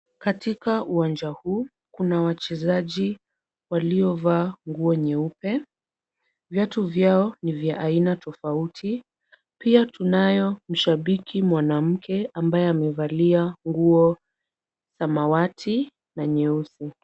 Katika uwanja huu kuna wachezaji waliovaa nguo nyeupe. Viatu vyao ni vya aina tofauti. Pia tunayo mshabiki mwanamke ambaye amevalia nguo samawati na nyeusi.